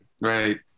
Right